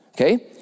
okay